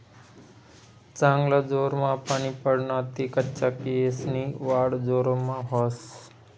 चांगला जोरमा पानी पडना ते कच्चा केयेसनी वाढ जोरमा व्हस